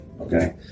okay